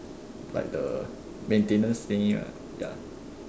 like the maintenance thingy ah ya